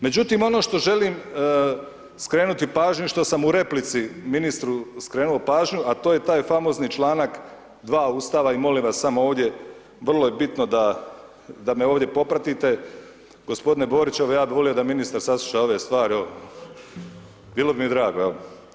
Međutim ono što želim skrenuti pažnju, što sam u replici ministru skrenuo pažnju, a to je taj famozni članak 2. Ustava i molim vas samo ovdje vrlo je bitno da me ovdje popratite gospodine Borić, evo ja bi volio da ministar sasluša ove stvari evo bilo bi mi drago evo.